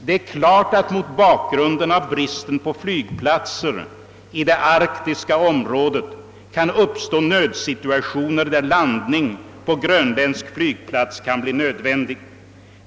Det är klart att mot bakgrunden av bristen på flygplatser i det arktiska området kan uppstå nödsituationer där en landning på grönländsk flygplats kan bli nödvändig.